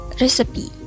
recipe